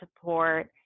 support